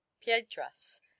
piedras